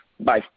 Bye